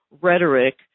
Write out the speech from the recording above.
rhetoric